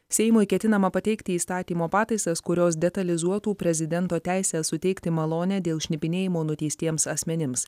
seimui ketinama pateikti įstatymo pataisas kurios detalizuotų prezidento teisę suteikti malonę dėl šnipinėjimo nuteistiems asmenims